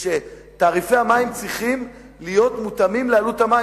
שתעריפי המים צריכים להיות מותאמים לעלות המים,